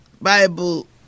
Bible